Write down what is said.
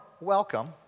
welcome